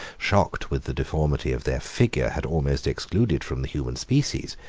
shocked with the deformity of their figure, had almost excluded from the human species,